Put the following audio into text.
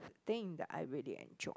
thing that I really enjoy